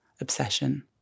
obsession